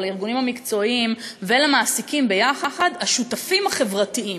לארגונים המקצועיים ולמעסיקים יחד "השותפים החברתיים",